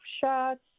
shots